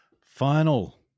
Final